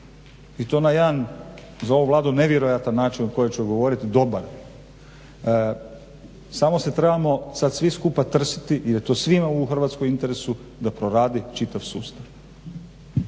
i to na jedan za ovu Vladu nevjerojatan način o kojem ću govoriti dobar. Samo se trebamo sad svi skupa trsiti jer je to svima u Hrvatskoj u interesu da proradi čitav sustav.